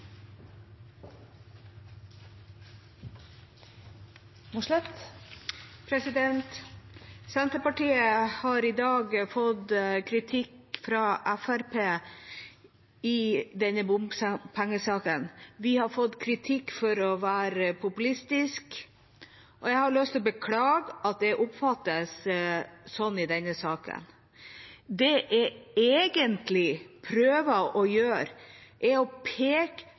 lokalt hold. Senterpartiet har i dag fått kritikk fra Fremskrittspartiet i denne bompengesaken. Vi har fått kritikk for å være populistiske, og jeg har lyst til å beklage at jeg oppfattes sånn i denne saken. Det jeg egentlig prøver å gjøre, er å peke